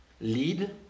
lead